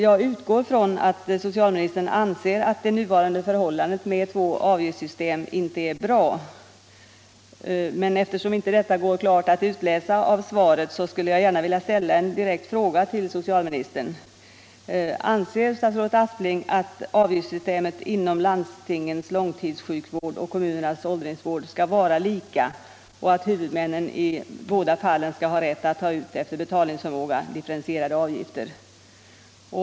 Jag utgår från att socialministern anser att nuvarande förhållande med två avgiftssystem inte är bra, men eftersom inte detta går att klart utläsa av svaret skulle jag gärna vilja ställa en direkt fråga till socialministern: Anser statsrådet Aspling att avgiftssystemet inom landstingens långtidssjukvård och kommunernas åldringsvård skall vara lika och att huvudmännen i båda fallen skall ha rätt att ta ut efter betalningsförmåga differentierade avgifter?